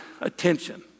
attention